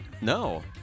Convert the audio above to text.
No